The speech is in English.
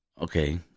Okay